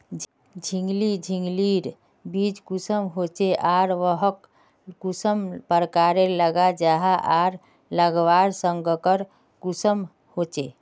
झिंगली झिंग लिर बीज कुंसम होचे आर वाहक कुंसम प्रकारेर लगा जाहा आर लगवार संगकर कुंसम होचे?